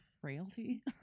Frailty